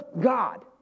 God